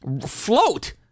float